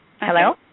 Hello